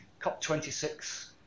COP26